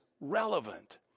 relevant